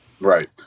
Right